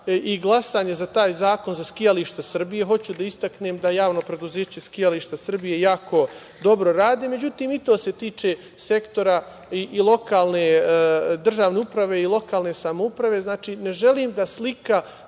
i glasanje za taj zakon za „Skijališta Srbije hoću da istaknem da Javno preduzeće „Skijališta Srbije“ jako dobro radi, međutim i to se tiče sektor državne uprave i lokalne samouprave. Ne želim da slika